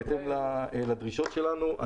בהתאם לדרישות שלנו.